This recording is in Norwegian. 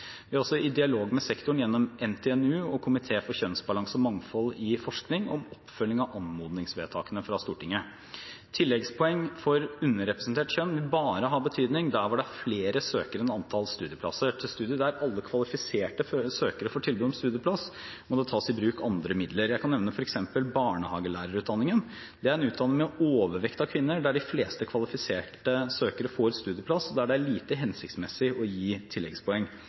Vi er også i dialog med sektoren, gjennom NTNU og Komité for kjønnsbalanse og mangfold i forskning, om oppfølging av anmodningsvedtakene fra Stortinget. Tilleggspoeng for underrepresentert kjønn vil bare ha betydning der hvor det er flere søkere enn antall studieplasser. Til studier der alle kvalifiserte søkere får tilbud om studieplass, må det tas i bruk andre midler. Jeg kan f.eks. nevne barnehagelærerutdanningen. Det er en utdanning med overvekt av kvinner der de fleste kvalifiserte søkerne får studieplass, og der det er lite hensiktsmessig å gi tilleggspoeng.